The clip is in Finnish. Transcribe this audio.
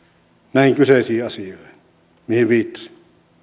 näihin kyseisiin asioihin mihin viittasin